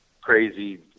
crazy